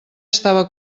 estava